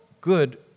good